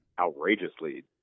outrageously